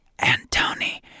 Antony